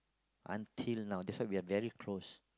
until now that's why we are very close